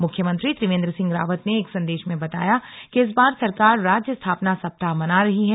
मुख्यमंत्री त्रिवेंद्र सिंह रावत ने एक संदेश में बताया कि इस बार सरकार राज्य स्थापना सप्ताह मना रही है